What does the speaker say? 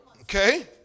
Okay